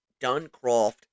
Duncroft